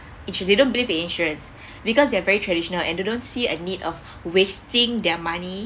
insur~ they don't believe in insurance because they're very traditional and they don't see a need of wasting their money